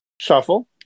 Shuffle